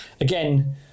again